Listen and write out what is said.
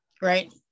Right